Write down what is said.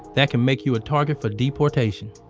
that can make you a target for deportation